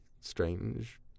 strange